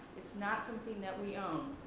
it's not something that we own,